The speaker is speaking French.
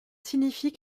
signifie